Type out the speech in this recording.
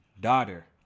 daughter